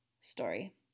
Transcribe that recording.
story